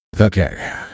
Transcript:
Okay